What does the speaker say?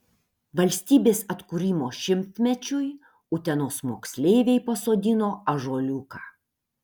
valstybės atkūrimo šimtmečiui utenos moksleiviai pasodino ąžuoliuką